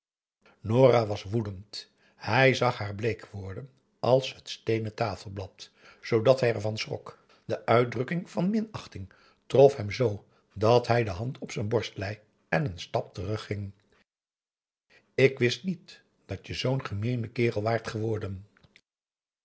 nora was woedend hij zag haar bleek worden als het steenen tafelblad zoodat hij ervan schrok de uitdrukking van minachting trof hem zoo dat hij de hand op z'n borst lei en een stap terugging ik wist niet dat je zoo'n gemeene kerel waart geworden